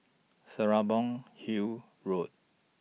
Serapong Hill Road